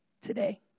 today